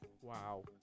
Wow